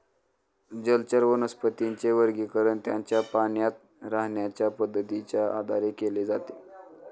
जलचर वनस्पतींचे वर्गीकरण त्यांच्या पाण्यात राहण्याच्या पद्धतीच्या आधारे केले जाते